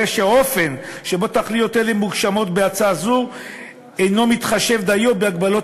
הרי שהאופן שבו תכליות אלה מוגשמות בהצעה אינו מתחשב דיו בהגבלות